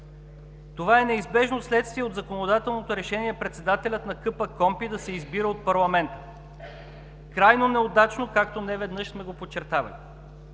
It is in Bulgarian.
Това е неизбежно вследствие от законодателното решение председателят на КПКОНПИ да се избира от парламента – крайно неудачно, както неведнъж сме го подчертавали.